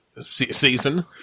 season